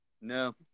No